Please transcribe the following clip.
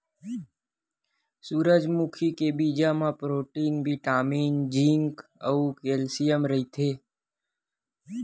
सूरजमुखी के बीजा म प्रोटीन, बिटामिन, जिंक अउ केल्सियम रहिथे